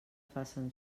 facen